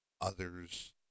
others